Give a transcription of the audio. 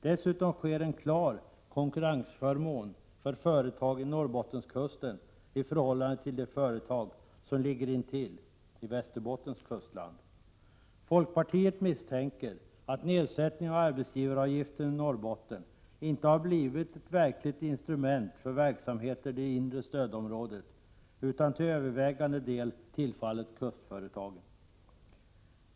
Dessutom skapas en klar konkurrensförmån för företag utmed Norrbottenskusten i förhållande till de företag som ligger intill i Västerbottens kustland. Folkpartiet misstänker att nedsättningen av arbetsgivaravgiften i Norrbotten inte har blivit ett verksamt instrument för verksamheter i det inre stödområdet, utan till övervägande del tillfallit kustföretagen.